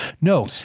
No